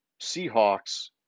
Seahawks